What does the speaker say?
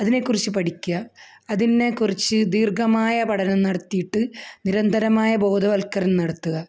അതിനേക്കുറിച്ച് പഠിക്കുക അതിനേക്കുറിച്ച് ദീർഘമായ പഠനം നടത്തിയിട്ട് നിരന്തരമായ ബോധവൽക്കരണം നടത്തുക